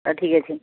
ହଉ ଠିକ୍ ଅଛି